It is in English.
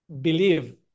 believe